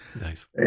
Nice